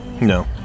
No